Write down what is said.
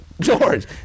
George